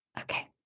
Okay